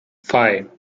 five